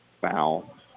Foul